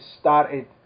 started